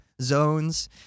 zones